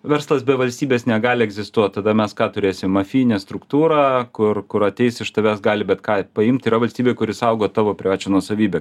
verslas be valstybės negali egzistuot tada mes ką turėsim mafijinę struktūrą kur kur ateis iš tavęs gali bet ką paimt yra valstybė kuri saugo tavo privačią nuosavybę